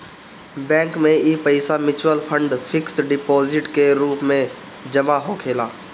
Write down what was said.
bank में इ पईसा मिचुअल फंड, फिक्स डिपोजीट के रूप में जमा होखेला